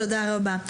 בסדר, תודה רבה.